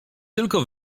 tylko